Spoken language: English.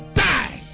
die